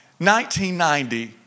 1990